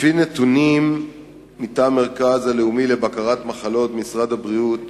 לפני נתונים מטעם המרכז הלאומי לבקרת מחלות של משרד הבריאות,